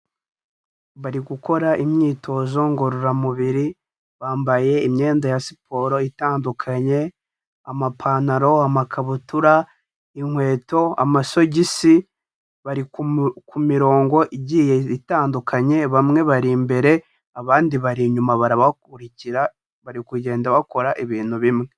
Bari gukora imyitozo ngororamubiri, bambaye imyenda ya siporo itandukanye, amapantaro, amakabutura, inkweto, amasogisi, bari ku mirongo igiye itandukanye, bamwe bari imbere abandi bari inyuma, barabakurikira bari kugenda bakora ibintu bimwe.